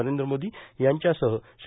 नरेंद्र मोदी यांच्यासह श्री